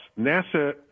NASA